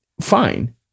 fine